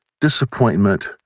Disappointment